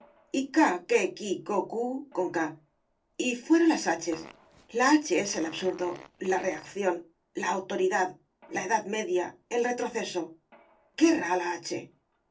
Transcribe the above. ko ku con ka y fuera las haches la hache es el absurdo la reacción la autoridad la edad media el retroceso guerra a la